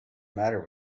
matter